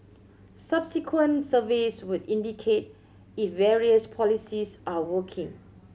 subsequent surveys would indicate if various policies are working